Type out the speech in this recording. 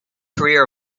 career